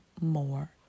more